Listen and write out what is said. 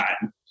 time